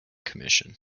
commission